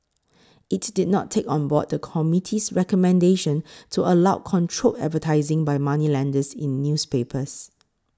it did not take on board the committee's recommendation to allow controlled advertising by moneylenders in newspapers